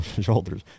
shoulders